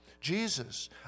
Jesus